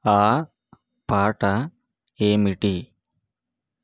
ఆ పాట ఏమిటి